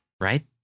right